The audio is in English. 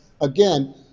again